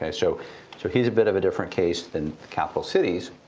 ah so so he's a bit of a different case than capital cities,